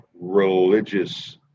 religious